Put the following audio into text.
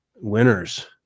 winners